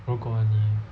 如果你